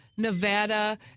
Nevada